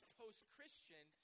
post-Christian